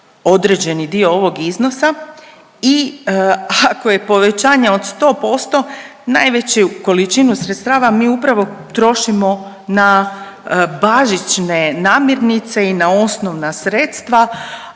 određeni dio ovog iznosa i ako je povećanje od 100%, najveću količinu sredstava mi upravo trošimo na bazične namirnice i na osnovna sredstva